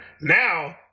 now